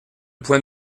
point